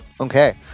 okay